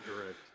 correct